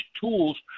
tools